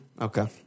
Okay